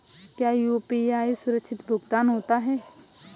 क्या यू.पी.आई सुरक्षित भुगतान होता है?